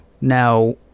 Now